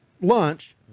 lunch